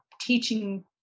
teaching